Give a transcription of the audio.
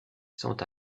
sont